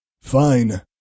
Fine